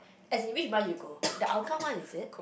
as in which branch you go the Hougang one is it